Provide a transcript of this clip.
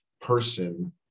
person